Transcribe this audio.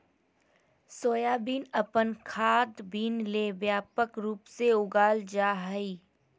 soybean अपन खाद्य bean ले व्यापक रूप से उगाल जा हइ